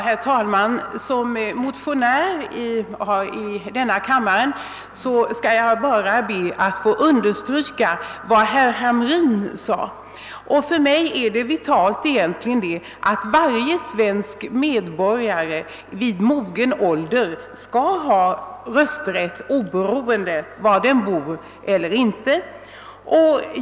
Herr talman! Som motionär i denna fråga skall jag be att få understryka vad herr Hamrin i Jönköping yttrat i sitt anförande. För mig är det vitala, att varje svensk medborgare i mogen ålder skall ha rösträtt, oavsett var han är bosatt.